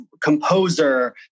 composer